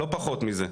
לא פחות מזה.